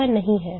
यह नहीं है